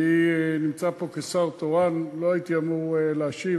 אני נמצא פה כשר תורן ולא הייתי אמור להשיב,